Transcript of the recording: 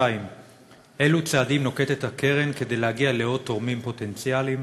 2. אילו צעדים נוקטת הקרן כדי להגיע לעוד תורמים פוטנציאליים?